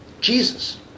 Jesus